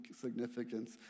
significance